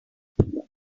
jane